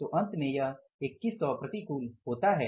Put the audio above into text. तो अंत में यह 2100 प्रतिकूल होता है